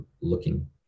looking